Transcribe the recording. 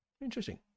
interesting